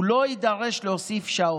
הוא לא יידרש להוסיף שעות.